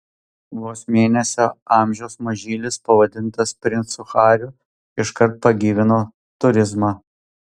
vos mėnesio amžiaus mažylis pavadintas princu hariu iškart pagyvino turizmą